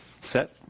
set